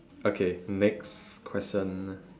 okay next question